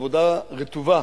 לעבודה רטובה